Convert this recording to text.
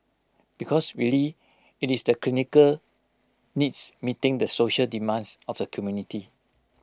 because really IT is the clinical needs meeting the social demands of the community